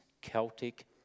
celtic